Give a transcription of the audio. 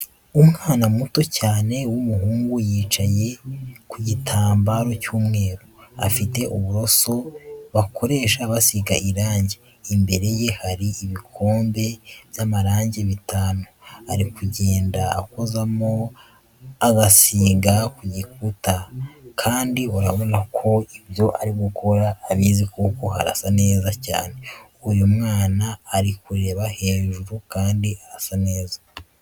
Umwana muto cyane w'umuhungu yicaye ku gitambaro cy'umweru, afite uburoso bikoresha basiga irange, imbere ye hari ibikombe by'amarange bitanu, ari kugenda akozamo asiga ku gikuta, kandi urabona ko ibyo ari gukora abizi kuko harasa neza cyane. Uyu mwana ari kureba hejuru kandi arasa neza.